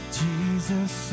jesus